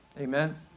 Amen